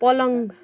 पलङ